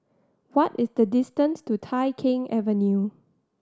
what is the distance to Tai Keng Avenue